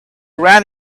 ran